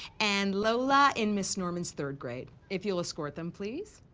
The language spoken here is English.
and lola in ms. norman's third grade. if you'll escort them, please.